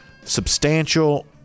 substantial